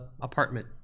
apartment